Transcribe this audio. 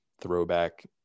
throwback